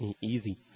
Easy